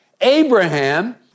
Abraham